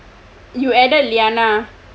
you added lyana